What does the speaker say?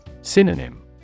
Synonym